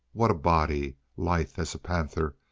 what a body! lithe as a panther.